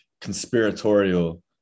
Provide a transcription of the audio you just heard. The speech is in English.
conspiratorial